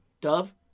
Dove